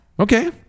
Okay